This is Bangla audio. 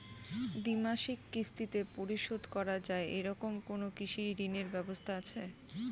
দ্বিমাসিক কিস্তিতে পরিশোধ করা য়ায় এরকম কোনো কৃষি ঋণের ব্যবস্থা আছে?